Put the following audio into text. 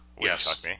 Yes